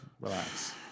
relax